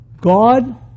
God